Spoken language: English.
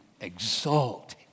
exalt